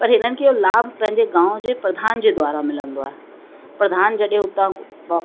पर हिननि खे उहो लाभ पंहिंजे गांव जे प्रधान जे द्वारा मिलंदो आहे प्रधान जॾहिं हुता हुआ